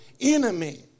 enemy